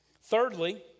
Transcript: Thirdly